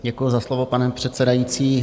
Děkuju za slovo, pane předsedající.